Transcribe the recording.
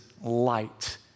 light